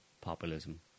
populism